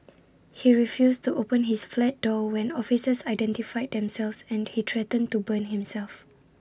he refused to open his flat door when officers identified themselves and he threatened to burn himself